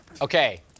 Okay